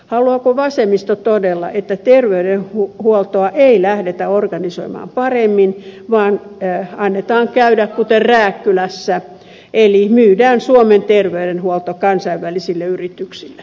haluaako vasemmisto todella että terveydenhuoltoa ei lähdetä organisoimaan paremmin vaan annetaan käydä kuten rääkkylässä eli myydään suomen terveydenhuolto kansainvälisille yrityksille